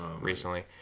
recently